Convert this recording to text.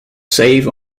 save